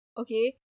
Okay